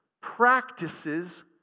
practices